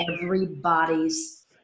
everybody's